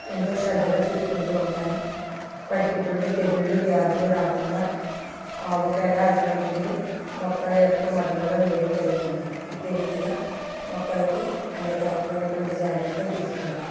ఎంతో శ్రద్ధగా చూసుకుంటు ఉంటాను వాటికి ఎటువంటి తెగుళ్ళు వ్యాధులు రాకుండా ఆవు పేడ అటువంటివి మొక్కల యొక్క మొదళ్ళల్లో వేయడం జరుగుతుంది ఇట్టి రీతిగా మొక్కలకు అనేక రకమైనటువంటి జాగ్రత్తలు తీసుకుంటాను